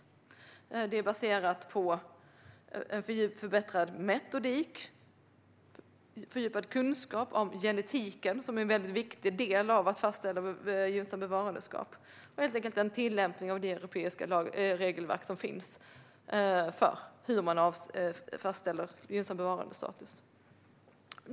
Detta är baserat på en förbättrad metodik, fördjupad kunskap om genetiken - vilket är en viktig del när det handlar om att fastställa bevarandestatus - samt en tillämpning av det europeiska regelverk som finns gällande hur man fastställer gynnsam bevarandestatus.